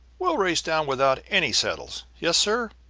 we'll race down without any saddles yes, sir,